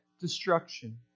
destruction